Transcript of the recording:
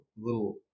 little